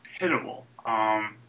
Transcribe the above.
hittable